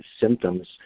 symptoms